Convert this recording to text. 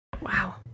Wow